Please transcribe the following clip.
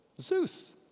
Zeus